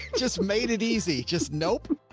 just made it easy. just, nope.